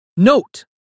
Note